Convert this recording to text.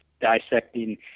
dissecting